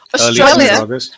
Australia